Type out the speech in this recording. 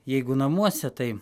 jeigu namuose tai